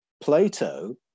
Plato